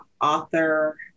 author